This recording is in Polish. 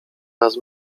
raz